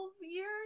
years